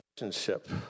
relationship